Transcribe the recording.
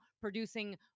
producing